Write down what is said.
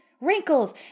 wrinkles